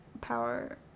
Power